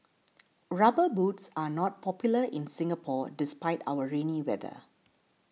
rubber boots are not popular in Singapore despite our rainy weather